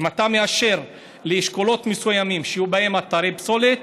אם אתה מאשר לאשכולות מסוימים שיהיו בהם אתרי פסולת,